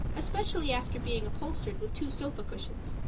especially after being upholstered with two sofa cushions.